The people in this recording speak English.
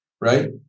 right